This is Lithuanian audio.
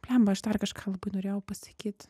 bliamba aš dar kažką labai norėjau pasakyt